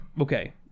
okay